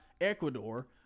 Ecuador